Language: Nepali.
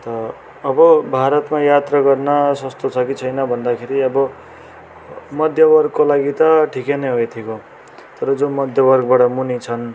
अन्त अब भारतमा यात्रा गर्न सस्तो छ कि छैन भन्दाखेरि अब मध्यवर्गको लागि त ठिकै नै हो यतिको तर जो मध्यवर्गबाट मुनि छन्